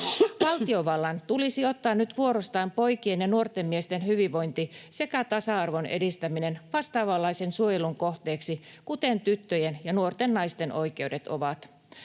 Valtiovallan tulisi ottaa nyt vuorostaan poikien ja nuorten miesten hyvinvointi sekä tasa-arvon edistäminen vastaavanlaisen suojelun kohteeksi kuin tyttöjen ja nuorten naisten oikeudet ovat.